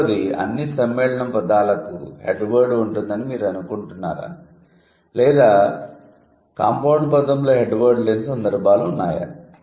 రెండవది అన్ని సమ్మేళనం పదాలకు హెడ్ వర్డ్ ఉంటుందని మీరు అనుకుంటున్నారా లేదా కాంపౌండ్ పదంలో హెడ్ వర్డ్ లేని సందర్భాలు ఉన్నాయా